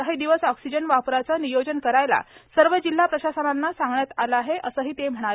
काही दिवस ऑक्सिजन वापराचं नियोजन करायला सर्व जिल्हा प्रशासनांना सांगण्यात आलं आहे असंही ते म्हणाले